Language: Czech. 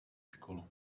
školu